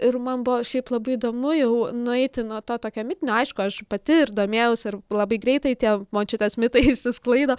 ir man buvo šiaip labai įdomu jau nueiti nuo to tokio mitinio aišku aš pati ir domėjausi ir labai greitai tie močiutės mitai išsisklaido